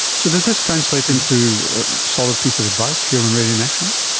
so does this translate into a solid piece of advice here on radio national?